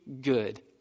good